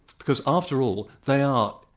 because after all, they are,